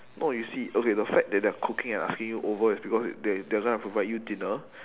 no you see okay the fact that they are cooking and asking you over is because they they are gonna provide you dinner